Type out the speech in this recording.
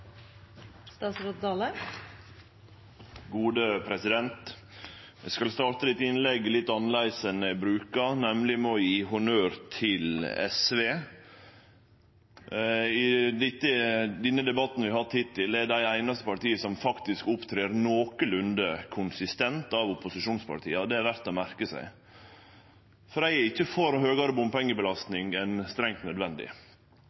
Eg skal starte dette innlegget litt annleis enn eg brukar å gjere, nemleg med å gje honnør til SV. I den debatten vi har hatt hittil, er dei det einaste opposisjonspartiet som har opptredd nokolunde konsistent – det er det verd å merke seg. For eg er ikkje for høgare bompengebelastning enn strengt nødvendig,